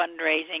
fundraising